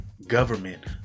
government